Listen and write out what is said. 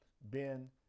ben